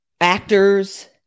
actors